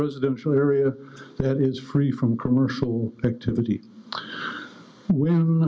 residential area that is free from commercial activity whe